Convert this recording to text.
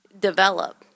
develop